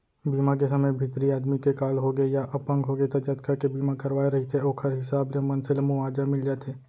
बीमा के समे भितरी आदमी के काल होगे या अपंग होगे त जतका के बीमा करवाए रहिथे ओखर हिसाब ले मनसे ल मुवाजा मिल जाथे